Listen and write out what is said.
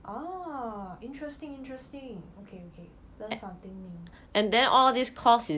orh interesting interesting okay okay learn something new